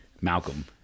Malcolm